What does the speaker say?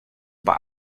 but